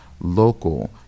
local